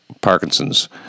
Parkinson's